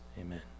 Amen